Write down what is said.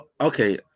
okay